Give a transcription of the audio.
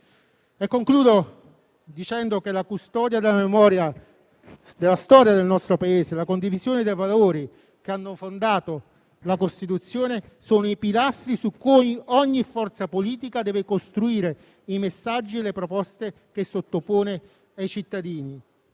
Concludo dicendo che la custodia della memoria della storia del nostro Paese e la condivisione dei valori che hanno fondato la Costituzione sono i pilastri su cui ogni forza politica deve costruire i messaggi e le proposte che sottopone ai cittadini.